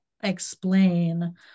explain